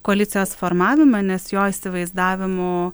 koalicijos formavimą nes jo įsivaizdavimu